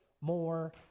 more